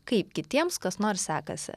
kaip kitiems kas nors sekasi